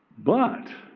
but